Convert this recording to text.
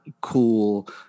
cool